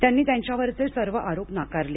त्यांनी त्यांच्यावरचे सर्व आरोप नाकारले